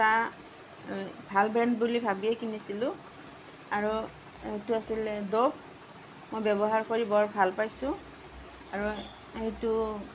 এটা ভাল ব্ৰেণ্ড বুলি ভাবিয়ে কিনিছিলোঁ আৰু এইটো আছিলে ড'ভ মই ব্যৱহাৰ কৰি বৰ ভাল পাইছোঁ আৰু সেইটো